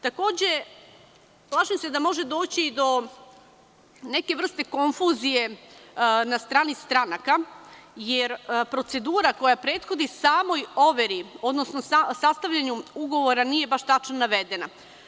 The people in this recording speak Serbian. Takođe, plašim se da može doći do neke vrste konfuzije na strani stranaka, jer procedura koja prethodi samoj overi, odnosno sastavljanje ugovora nije baš tačno navedena.